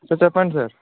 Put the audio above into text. sir చెప్పండి sir